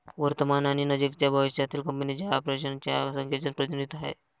वर्तमान आणि नजीकच्या भविष्यातील कंपनीच्या ऑपरेशन्स च्या संख्येचे प्रतिनिधित्व आहे